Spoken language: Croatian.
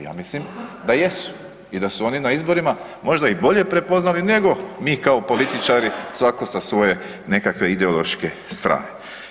Ja mislim da jesu i da su oni na izborima može i bolje prepoznali nego mi kao političari svako sa svoje nekakve ideološke strane.